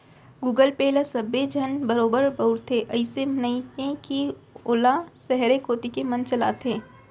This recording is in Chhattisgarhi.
गुगल पे ल सबे झन बरोबर बउरथे, अइसे नइये कि वोला सहरे कोती के मन चलाथें